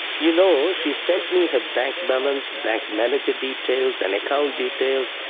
you know she sent me her bank balance, bank manager details, and account details,